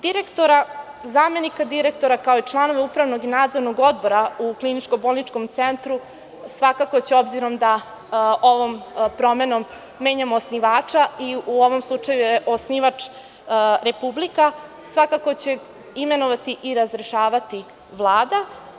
Direktora, zamenika direktora, kao i članove upravnog i nadzornog odbora u kliničko-bolničkom centru svakako će, obzirom da ovom promenom menjamo osnivača i u ovom slučaju je osnivač Republika, imenovati i razrešavati Vlada.